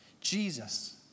Jesus